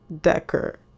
Decker